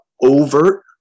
overt